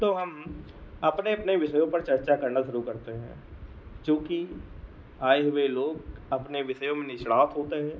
तो हम अपने अपने विषयों पर चर्चा करना शुरू करते हैं क्योंकि आए हुए लोग अपने विषयों में निष्णात होते हैं